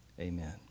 Amen